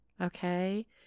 okay